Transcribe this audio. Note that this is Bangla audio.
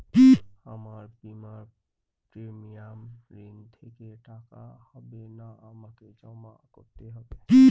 আমার বিমার প্রিমিয়াম ঋণ থেকে কাটা হবে না আমাকে জমা করতে হবে?